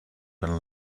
can